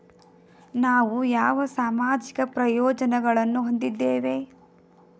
ನಾವು ಯಾವ ಸಾಮಾಜಿಕ ಪ್ರಯೋಜನಗಳನ್ನು ಹೊಂದಿದ್ದೇವೆ?